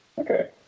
Okay